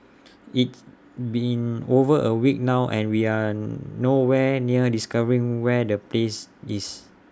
it's been over A week now and we are no where near discovering where the place is